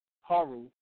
Haru